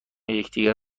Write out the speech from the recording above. یکدیگر